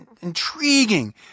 intriguing